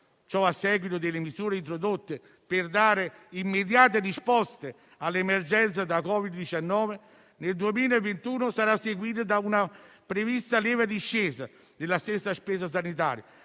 a seguito delle misure introdotte per dare immediate risposte all'emergenza da Covid-19, nel 2021 sarà seguito da una prevista lieve discesa della stessa spesa sanitaria,